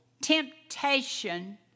temptation